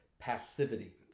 passivity